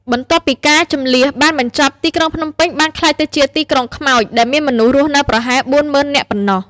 បន្ទាប់ពីការជម្លៀសបានបញ្ចប់ ទីក្រុងភ្នំពេញបានក្លាយទៅជា "ទីក្រុងខ្មោច" ដែលមានមនុស្សរស់នៅប្រហែល ៤ ម៉ឺននាក់ប៉ុណ្ណោះ។